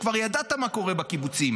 כאשר כבר ידעת מה קורה בקיבוצים?